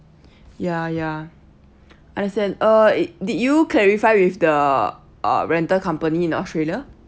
ya ya understand uh did you clarify with the uh rental company in australia